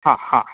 હા હા